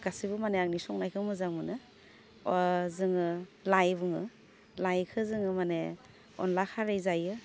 गासैबो माने आंनि संनायखौ मोजां मोनो जोङो लाइ बुङो लाइखौ जोङो माने अनला खारै जायो